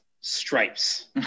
stripes